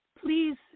Please